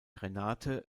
renate